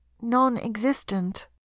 non-existent